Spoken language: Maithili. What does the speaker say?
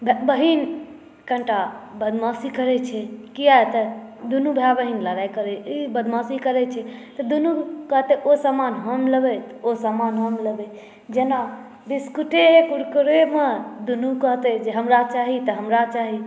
बहीन कनीटा बदमाशी करै छै किया तऽ दुनू भाए बहीन लड़ाइ करै ई बदमाशी करै छै तऽ दुनू कहतै ओ सामान हम लेबै तऽ ओ सामान हम लेबै जेना बिस्कुटे कुरकुरे शमे दुनू कहतै की हमरा चाही तऽ हमरा चाही